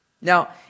Now